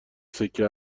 سکه